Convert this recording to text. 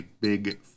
big